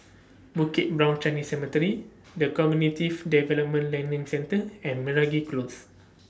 Bukit Brown Chinese Cemetery The Cognitive Development Learning Centre and Meragi Close